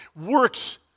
works